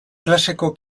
klaseko